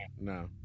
No